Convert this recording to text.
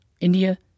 India